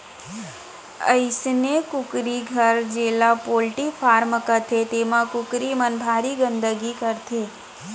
अइसने कुकरी घर जेला पोल्टी फारम कथें तेमा कुकरी मन भारी गंदगी करथे